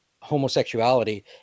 homosexuality